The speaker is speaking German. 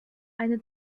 eine